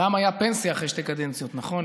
פעם הייתה פנסיה אחרי שתי קדנציות, נכון?